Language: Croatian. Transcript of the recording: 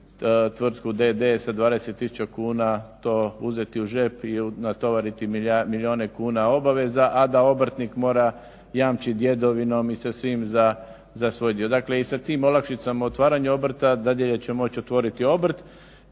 tvrtku d.d. sa 20000 kuna to uzeti u džep i natovariti milijune kuna obaveza, a da obrtnik mora jamčiti djedovinom i sa svim za svoj dio. Dakle i sa tim olakšicama otvaranja obrta dadilje će moći otvoriti obrt